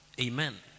Amen